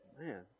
Man